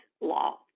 law